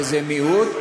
וזה מיעוט,